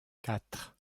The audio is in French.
quatre